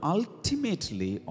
Ultimately